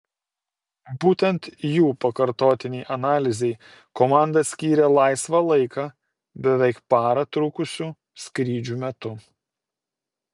būtent jų pakartotinei analizei komanda skyrė laisvą laiką beveik parą trukusių skrydžių metu